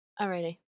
Alrighty